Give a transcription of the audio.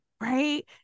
Right